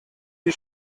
die